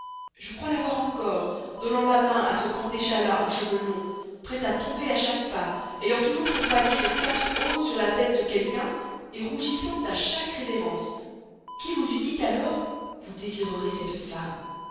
je crois la voir encore donnant la main à ce grand échalas en cheveux longs prête à tomber à chaque pas ayant toujours son panier de quatre aunes sur la tête de quelqu'un rougissant à chaque révérence qui vous eût dit alors vous désirerez cette femme